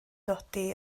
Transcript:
dodi